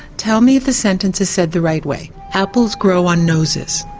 tell me if the sentence is said the right way. apples grow on noses.